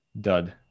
dud